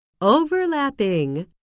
Overlapping